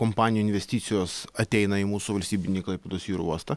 kompanijų investicijos ateina į mūsų valstybinį klaipėdos jūrų uostą